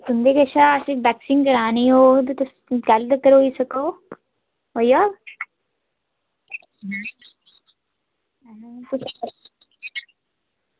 तुंदे कशा असें वैक्सिंग करानी होग ते तुस कैलूं तगर होई सको होई जाह्ग